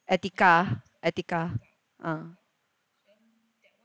Etiqa Etiqa ah